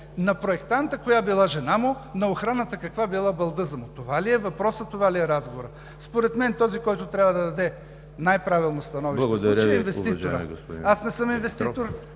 на проектанта коя била жена му, на охраната каква била балдъзата му. Това ли е въпросът, това ли е разговорът? Според мен този, който трябва да даде най-правилно становище в случая, е инвеститорът.